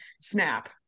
snap